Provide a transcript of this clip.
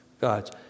God's